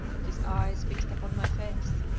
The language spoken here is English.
his eyes fixed upon my face,